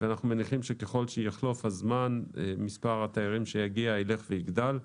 אנחנו מניחים שככל שיחלוף הזמן מספר התיירים שיגיע ילך ויגדל.